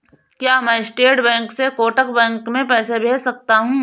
क्या मैं State Bank से कोटक बैंक में पैसे भेज सकता हूँ?